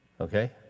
Okay